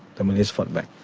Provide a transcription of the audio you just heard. the malays fought back.